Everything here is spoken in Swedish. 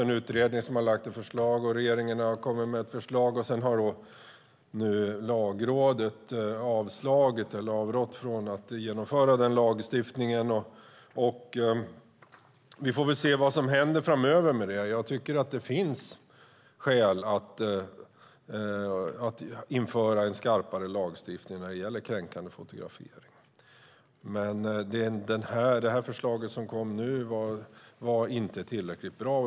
En utredning har lagt fram ett förslag, och regeringen har lagt fram ett förslag. Nu har Lagrådet avrått från att man ska genomföra denna lagstiftning. Vi får se vad som händer framöver med det. Jag tycker att det finns skäl att införa en skarpare lagstiftning när det gäller kränkande fotografering. Men det förslag som kom nu var inte tillräckligt bra.